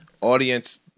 Audience